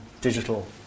digital